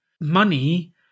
Money